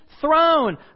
throne